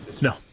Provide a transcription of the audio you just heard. No